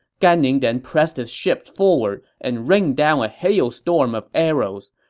gan ning then pressed his ships forward and rained down a hailstorm of arrows.